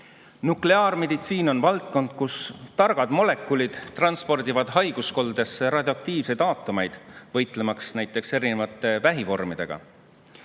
Nukleaarmeditsiin on valdkond, kus targad molekulid transpordivad haiguskoldesse radioaktiivseid aatomeid, võitlemaks näiteks erinevate vähivormidega.